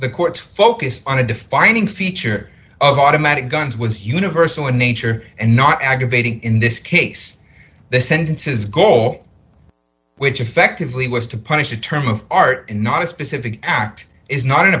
the courts focused on a defining feature of automatic guns was universal in nature and not aggravating in this case the sentences goal which effectively was to punish a term of art not a specific act is not an